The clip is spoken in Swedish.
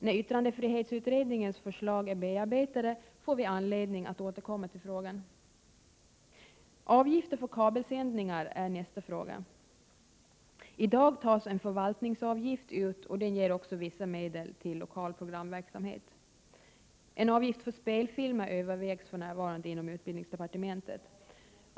När yttrandefrihetsutredningens förslag är 17 december 1987 bearbetade får vi anledning att återkomma till frågan. ES länge Heir Avgifter för kabelsändningar är nästa fråga. I dag tas en förvaltningsavgift ut, och den ger också vissa medel till lokal programverksamhet. En avgift för spelfilmer övervägs för närvarande inom utbildningsdepartementet.